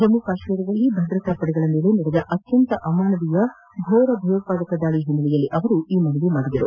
ಜಮ್ಮು ಕಾಶ್ವೀರದಲ್ಲಿ ಭದ್ರತಾ ಪಡೆಗಳ ಮೇಲೆ ನಡೆದ ಅತ್ತಂತ ಅಮಾನವೀಯ ಘೋರ ಭಯೋತ್ವಾದಕ ದಾಳಿಯ ಹಿನ್ನೆಲೆಯಲ್ಲಿ ಅವರು ಈ ಮನವಿ ಮಾಡಿದ್ದಾರೆ